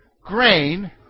grain